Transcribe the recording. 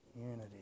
Unity